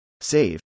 save